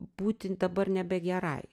būti dabar nebegerai